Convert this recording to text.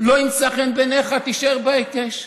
לא ימצא חן בעיניך, תישאר בהיקש,